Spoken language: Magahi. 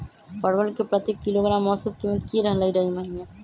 परवल के प्रति किलोग्राम औसत कीमत की रहलई र ई महीने?